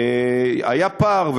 היה פער,